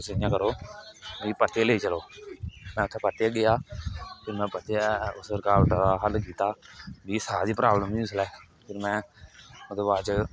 तुस इयां करो मिगी परतियै लेई चलो में उत्थै परतियै गेआ फिर में परतियै उस रकावटा दा हल कीता मिगी साह् दी प्राव्लम ही मिगी उसलै में ओहदे बाद च